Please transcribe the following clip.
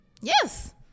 Yes